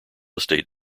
estate